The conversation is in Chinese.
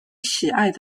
喜爱